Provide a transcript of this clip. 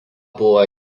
buvo